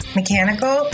mechanical